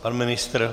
Pan ministr?